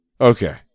Okay